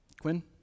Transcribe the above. Quinn